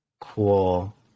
cool